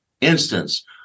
instance